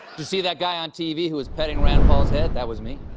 you see that guy on tv who was petting rand paul's head? that was me.